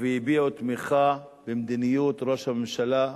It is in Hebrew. והביעו תמיכה במדיניות ראש הממשלה אולמרט,